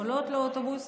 עולות לאוטובוס,